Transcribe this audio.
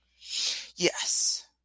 Yes